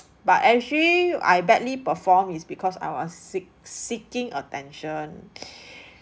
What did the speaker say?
but actually I badly perform is because I was seek seeking attention